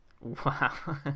Wow